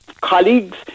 colleagues